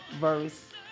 verse